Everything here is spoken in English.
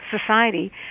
society